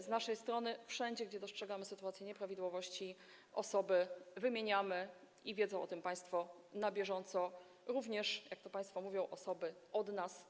Z naszej strony wszędzie, gdzie dostrzegamy nieprawidłowości, osoby wymieniamy, wiedzą o tym państwo, na bieżąco, również, jak to państwo mówią, osoby od nas.